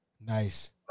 Nice